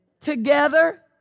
together